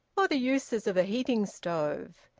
for the uses of a heating stove.